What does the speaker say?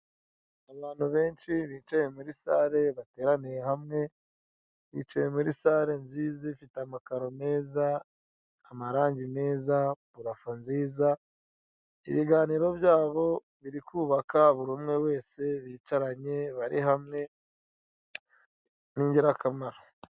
Abantu benshi bicaye muri sare bateraniye hamwe, bicaye muri sare nziza ifite amakaro meza, amarange meza, purafo nziza. Ibiganiro byabo biri kubaka buri umwe wese bicaranye bari hamwe ni ingirakamaro.